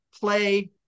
play